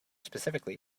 specifically